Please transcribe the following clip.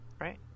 right